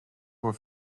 voor